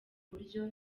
buryo